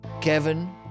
Kevin